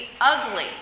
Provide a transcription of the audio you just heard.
ugly